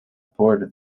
por